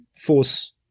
force